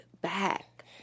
back